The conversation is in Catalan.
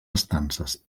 estances